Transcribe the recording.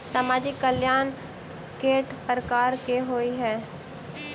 सामाजिक कल्याण केट प्रकार केँ होइ है?